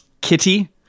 kitty